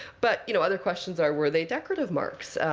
but you know other questions are, were they decorative marks.